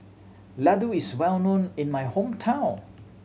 laddu is well known in my hometown